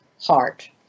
heart